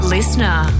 Listener